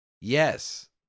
yes